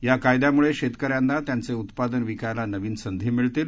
या कायद्यामुळे शेतकऱ्यांना त्यांचे उत्पादन विकायला नवीन संधी मिळतील